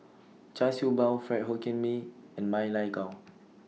Char Siew Bao Fried Hokkien Mee and Ma Lai Gao